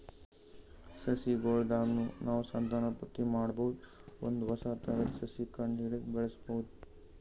ಸಸಿಗೊಳ್ ದಾಗ್ನು ನಾವ್ ಸಂತಾನೋತ್ಪತ್ತಿ ಮಾಡಬಹುದ್ ಒಂದ್ ಹೊಸ ಥರದ್ ಸಸಿ ಕಂಡಹಿಡದು ಬೆಳ್ಸಬಹುದ್